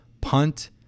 punt